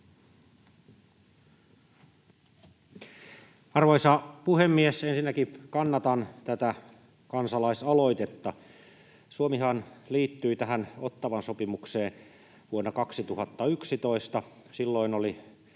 Arvoisa puhemies! Ensinnäkin kannatan tätä kansalaisaloitetta. Suomihan liittyi tähän Ottawan sopimukseen vuonna 2011. Silloin oli